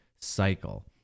cycle